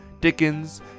Dickens